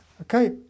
okay